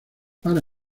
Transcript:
para